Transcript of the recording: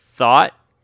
thought